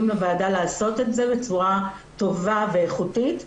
לוועדה לעשות את זה בצורה טובה ואיכותית.